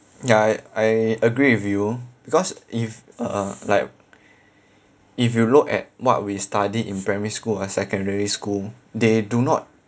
ya I I agree with you because if uh like if you look at what we study in primary school or secondary school they do not